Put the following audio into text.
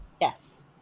Yes